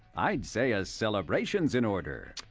i'd say a celebration's in order.